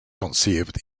conceived